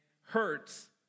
hurts